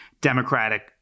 Democratic